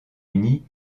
unis